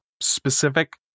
specific